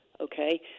okay